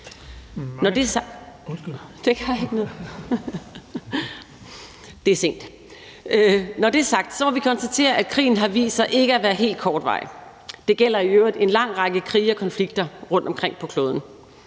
Når det er sagt, må vi konstatere, at krigen har vist sig ikke at være helt kortvarig. Det gælder i øvrigt en lang række krige og konflikter rundtomkring på kloden.